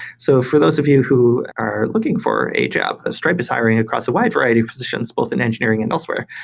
so for those of you who are looking for a job, ah stripe is hiring across a wide variety of poisitions both in engineering and elsewhere.